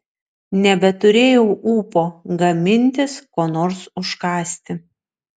nebeturėjau ūpo gamintis ko nors užkąsti